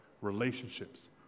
Relationships